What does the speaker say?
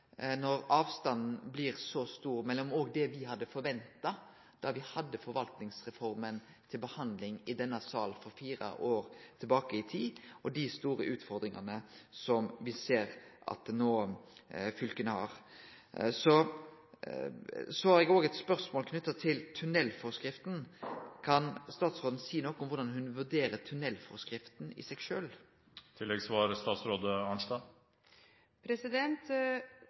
avstanden blir stor mellom det me forventa da me hadde forvaltningsreforma til behandling i denne salen fire år tilbake i tid, og dei store utfordringane me ser at fylka har no. Så har eg òg eit spørsmål knytt til tunnelforskrifta: Kan statsråden seie noko om korleis ho vurderer tunnelforskrifta i seg